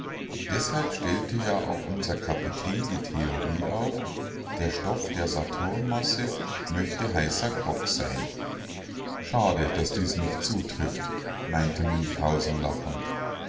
deshalb stellte ja auch unser kapitän die theorie auf der stoff der saturnmasse möchte heißer grog sein schade daß dies nicht zutrifft meinte münchhausen lachend